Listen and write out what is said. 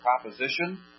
proposition